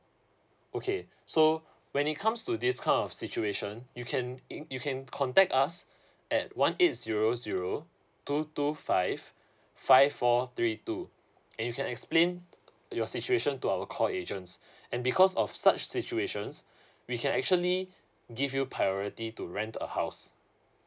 okay so when it comes to this kind of situation you can in~ you can contact us at one eight zero zero two two five five four three two and you can explain your situation to our call agents and because of such situation's we can actually give you priority to rent a house